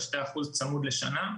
2% צמוד לשנה,